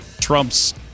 trump's